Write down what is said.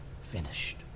finished